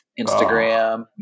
Instagram